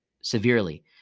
severely